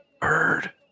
Bird